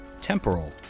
Temporal